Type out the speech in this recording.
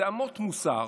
אמות מוסר